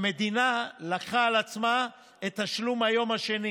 המדינה לקחה על עצמה את תשלום היום השני.